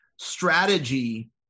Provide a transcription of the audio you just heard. strategy